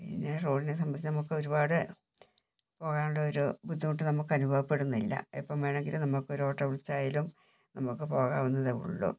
പിന്നെ റോഡിനെ സംബന്ധിച്ച് നമുക്ക് ഒരുപാട് പോകാനുള്ളൊരു ബുദ്ധിമുട്ട് നമുക്ക് അനുഭവപ്പെടുന്നില്ല എപ്പോൾ വേണമെങ്കിലും നമുക്ക് ഒരു ഓട്ടോ വിളിച്ചായാലും നമുക്ക് പോകാവുന്നതേ ഉള്ളൂ